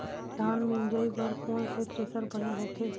धान मिंजई बर कोन से थ्रेसर बने होथे?